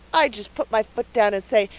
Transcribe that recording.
i'd just put my foot down and say,